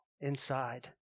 inside